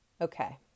okay